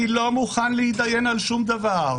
אני לא מוכן להתדיין על שום דבר,